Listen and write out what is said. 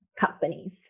companies